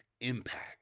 impact